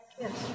Yes